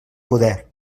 poder